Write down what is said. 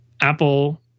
Apple